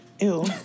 ew